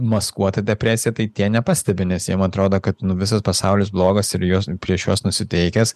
maskuota depresija tai tie nepastebi nes jiem atrodo kad visas pasaulis blogas ir juos prieš juos nusiteikęs